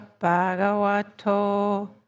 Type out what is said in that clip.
bhagavato